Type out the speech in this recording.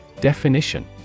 Definition